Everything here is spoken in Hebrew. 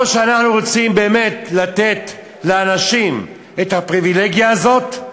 או שאנחנו רוצים באמת לתת לאנשים את הפריבילגיה הזאת,